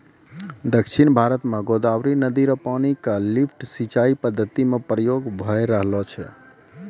दक्षिण भारत म गोदावरी नदी र पानी क लिफ्ट सिंचाई पद्धति म प्रयोग भय रहलो छै